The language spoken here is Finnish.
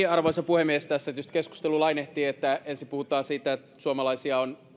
arvoisa puhemies tässä tietysti keskustelu lainehtii että ensin puhutaan siitä että